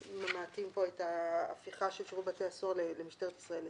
ממעטים פה את ההפיכה של שירות בתי הסוהר למשטרת ישראל,